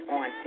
on